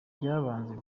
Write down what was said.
icy’ibanze